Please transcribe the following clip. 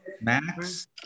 Max